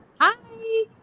hi